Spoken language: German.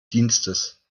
dienstes